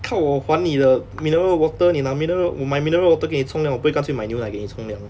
看我还你的 mineral water 你拿 mineral 我买 mineral water 给你冲凉我不会干脆买牛奶给你冲凉